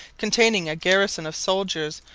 containing a garrison of soldiers,